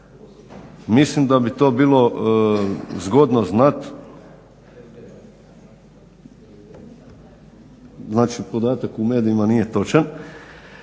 Mislim da bi to bilo zgodno znati. Znači podatak u medijima nije točan?